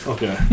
Okay